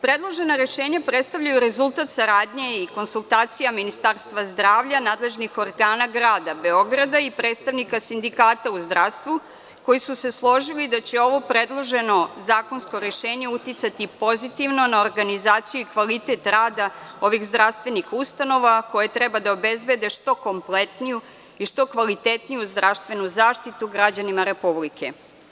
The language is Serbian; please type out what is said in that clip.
Predložena rešenja predstavljaju rezultat saradnje i konsultacija Ministarstva zdravlja, nadležnih organa grada Beograda i predstavnika sindikata u zdravstvu, koji su se složili da će ovo predloženo zakonsko rešenje uticati pozitivno na organizaciju i kvalitet rada ovih zdravstvenih ustanova koje treba da obezbede što kvalitetniju i kompletniju zdravstvenu zaštitu građanima Republike.